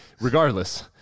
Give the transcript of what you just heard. regardless